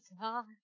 God